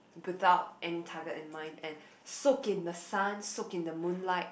without any target in mind and soak in the sun soak in the moon light